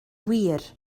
wir